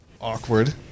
awkward